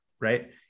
Right